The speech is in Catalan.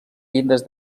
llindes